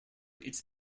its